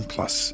Plus